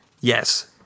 Yes